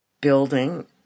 building